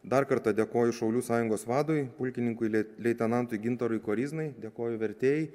dar kartą dėkoju šaulių sąjungos vadui pulkininkui leitenantui gintarui koryznai dėkoju vertėjai